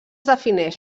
defineix